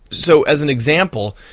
so as an example,